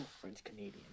French-Canadian